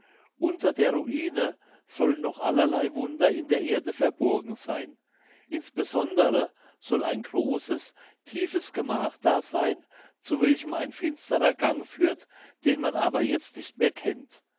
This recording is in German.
unter der ruine sollen noch allerlei wunder in der erde verborgen seyn insbesondere soll ein großes tiefes gemach da seyn zu welchem ein finsterer gang führt den man aber jetzt nicht mehr kennt